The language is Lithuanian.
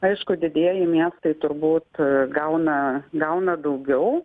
aišku didieji miestai turbūt gauna gauna daugiau